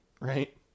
Right